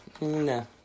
no